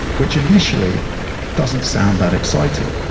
which initially doesn't sound that exciting.